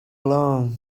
along